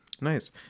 Nice